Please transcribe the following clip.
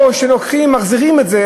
או שלוקחים ומחזירים את זה,